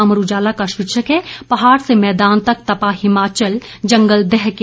अमर उजाला का शीर्षक है पहाड़ से मैदान तक तपा हिमाचल जंगल दहके